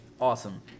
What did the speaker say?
awesome